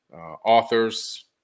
authors